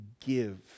give